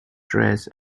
dress